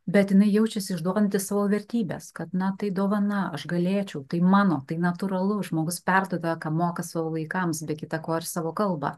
bet jinai jaučiasi išduodanti savo vertybes kad na tai dovana aš galėčiau tai mano tai natūralu žmogus perda ką moka savo vaikams be kita ko ir savo kalbą